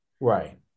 Right